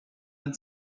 een